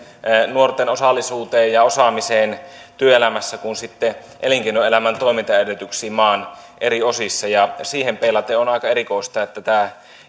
nuorten osallisuuteen ja osaamiseen työelämässä kuin elinkeinoelämän toimintaedellytyksiin maan eri osissa ja siihen peilaten on aika erikoista että tämä